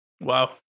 Wow